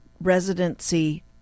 residency